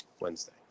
Wednesday